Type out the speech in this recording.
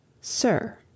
SIR